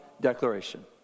declaration